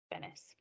Venice